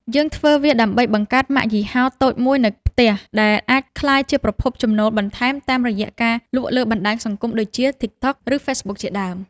យើងធ្វើវាដើម្បីបង្កើតម៉ាកយីហោតូចមួយនៅផ្ទះ ដែលអាចក្លាយជាប្រភពចំណូលបន្ថែមតាមរយៈការលក់លើបណ្ដាញសង្គមដូចជា TikTok ឬ Facebook ជាដើម។